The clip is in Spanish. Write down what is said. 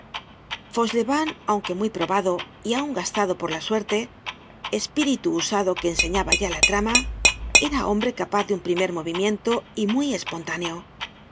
fauchelevent aunque muy probado y aun gastado por la suerte espíritu usado que enseñaba ya la trama era hombre capaz de un primer movimiento y muy espontáneo